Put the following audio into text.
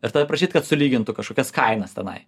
ir tada prašyt kad sulygintų kažkokias kainas tenai